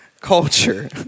culture